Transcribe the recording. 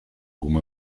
come